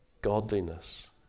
godliness